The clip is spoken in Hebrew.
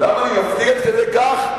למה אתה מפליג עד כדי כך?